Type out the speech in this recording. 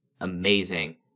amazing